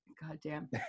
goddamn